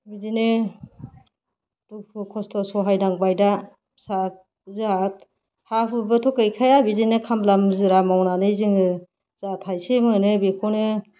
बिदिनो दुखु खस्त' सहायनांबाय दा फिसा जोंहा हा हुबोथ' गैखाया बिदिनो खामला मुजिरा मावनानै जोङो जा थाइसे मोनो बेखौनो